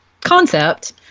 concept